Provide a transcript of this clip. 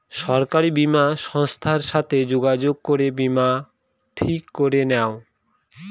সরকারি বীমা সংস্থার সাথে যোগাযোগ করে বীমা ঠিক করে নাও